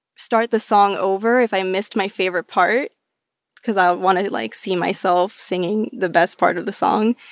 start the song over if i missed my favorite part because i want to, like, see myself singing the best part of the song.